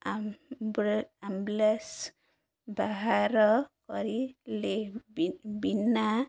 ଆ ambulance ବାହାର କରିିଲେ ବିନା